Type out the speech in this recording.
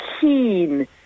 keen